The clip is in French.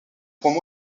poids